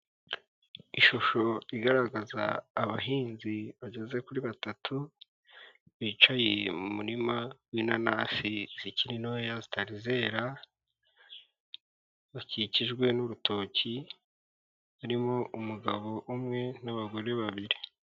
Ishusho igaragaza abahinzi bageze kuri batatu bicaye mu murima w'inanasi zikiri ntoya zitarizera bakikijwe n'urutoki harimo umugabo umwe n'abagore babiri.